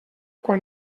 quan